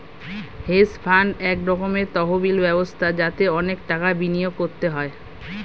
hedge fund এক রকমের তহবিল ব্যবস্থা যাতে অনেক টাকা বিনিয়োগ করতে হয়